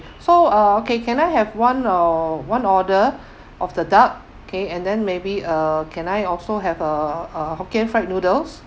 so uh can can I have one uh one order of the duck okay and then maybe uh can I also have uh a hokkien fried noodles